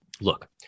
look